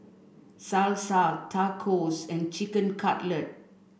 Salsa Tacos and Chicken Cutlet